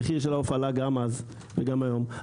המחיר של העוף עלה גם אז וגם היום.